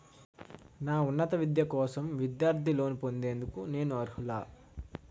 నా ఉన్నత విద్య కోసం విద్యార్థి లోన్ పొందేందుకు నేను అర్హులా?